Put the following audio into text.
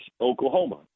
Oklahoma